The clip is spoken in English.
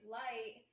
light